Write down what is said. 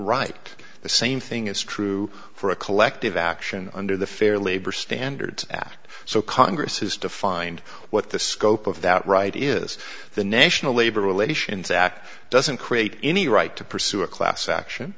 right the same thing is true for a collective action under the fair labor standards act so congress has defined what the scope of that right is the national labor relations act doesn't create any right to pursue a class action